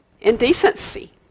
indecency